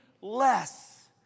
less